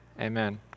Amen